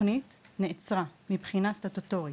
התוכנית נעצרה מבחינה סטטוטורית.